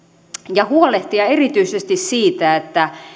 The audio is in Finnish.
ja huolehtia erityisesti siitä että